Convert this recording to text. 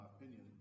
opinion